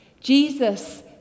Jesus